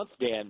Dan